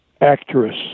actress